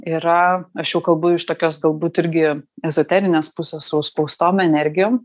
yra aš jau kalbu iš tokios galbūt irgi ezoterinės pusės su užspaustom energijom